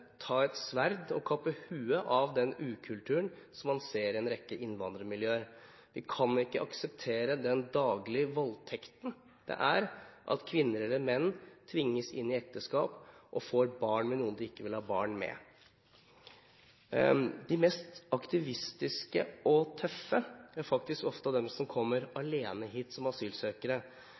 sverd og kappe huet av den ukulturen man ser i en rekke innvandrermiljøer. Vi kan ikke akseptere den daglige voldtekten det er at kvinner eller menn tvinges inn i ekteskap og får barn med noen de ikke vil ha barn med. De mest aktivistiske og tøffe er faktisk ofte de som kommer alene hit som asylsøkere.